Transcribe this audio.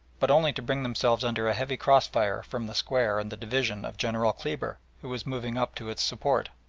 but only to bring themselves under a heavy crossfire from the square and the division of general kleber, who was moving up to its support.